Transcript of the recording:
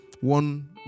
one